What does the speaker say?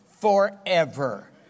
forever